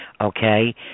okay